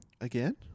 Again